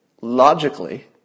logically